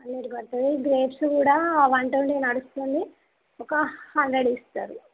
one eighty పడుతుంది grapes కూడా one twenty నడుస్తుంది ఒక హండ్రెడ్ ఇస్తారు